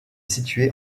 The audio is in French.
située